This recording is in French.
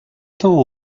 temps